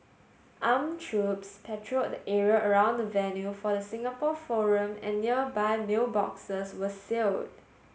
armed troops patrolled the area around the venue for the Singapore forum and nearby mailboxes were sealed